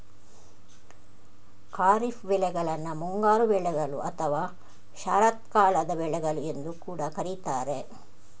ಖಾರಿಫ್ ಬೆಳೆಗಳನ್ನ ಮುಂಗಾರು ಬೆಳೆಗಳು ಅಥವಾ ಶರತ್ಕಾಲದ ಬೆಳೆಗಳು ಎಂದು ಕೂಡಾ ಕರೀತಾರೆ